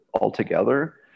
altogether